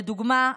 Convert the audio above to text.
לדוגמה,